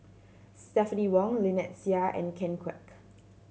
Stephanie Wong Lynnette Seah and Ken Kwek